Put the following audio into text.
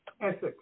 Essex